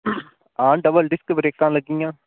हां double disc ब्रेकां लग्गी दियां